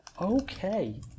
Okay